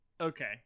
Okay